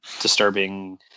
disturbing